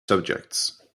subjects